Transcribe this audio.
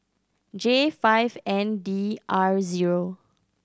J five N D R zero